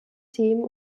themen